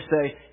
say